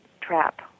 trap